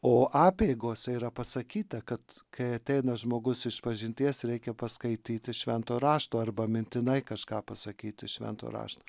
o apeigose yra pasakyta kad kai ateina žmogus išpažinties reikia paskaityti šventojo rašto arba mintinai kažką pasakyt iš švento rašto